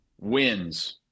wins